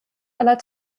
aller